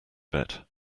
bit